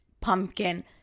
pumpkin